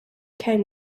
came